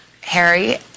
Harry